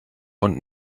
und